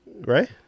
Right